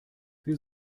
wir